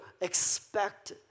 expect